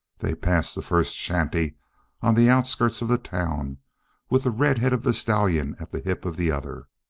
they passed the first shanty on the outskirts of the town with the red head of the stallion at the hip of the other.